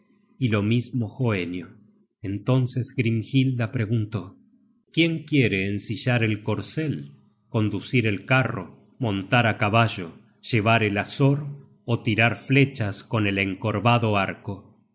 y lo mismo hoenio entonces grimhilda preguntó quién quiere ensillar el corcel conducir el carro montar á caballo llevar el azor ó tirar flechas con el encorvado arco y